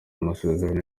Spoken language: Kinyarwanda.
amasezerano